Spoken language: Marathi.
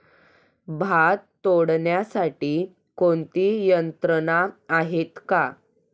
भात तोडण्यासाठी कोणती यंत्रणा आहेत का?